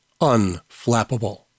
unflappable